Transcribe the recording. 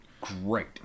Great